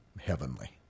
heavenly